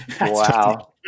Wow